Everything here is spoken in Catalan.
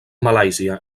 malàisia